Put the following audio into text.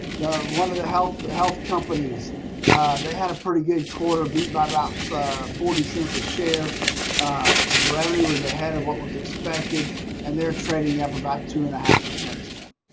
one of the health-health companies they had a pretty good quarter beat by about forty cents a share revenue was ahead of what was expected and they're trading up about two and a half percent this morning.